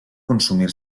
consumir